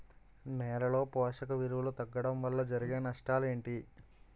నేలలో పోషక విలువలు తగ్గడం వల్ల జరిగే నష్టాలేంటి?